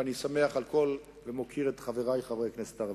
ואני שמח על הכול ומוקיר את חברי חברי הכנסת הערבים.